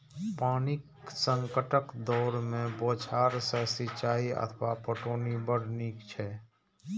पानिक संकटक दौर मे बौछार सं सिंचाइ अथवा पटौनी बड़ नीक छै